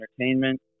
Entertainment